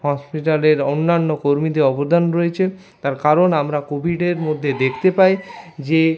হসপিটালের অন্যান্য কর্মীদের অবদান রয়েছে তার কারণ আমরা কোভিডের মধ্যে দেখতে পাই যে